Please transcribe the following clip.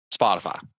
Spotify